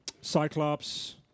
Cyclops